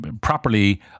properly